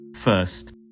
first